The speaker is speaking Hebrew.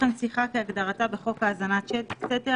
כך אנחנו לא יכולים להתמודד עם מגיפה.